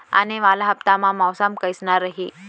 आने वाला हफ्ता मा मौसम कइसना रही?